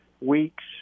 weeks